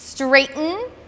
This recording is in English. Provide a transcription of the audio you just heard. straighten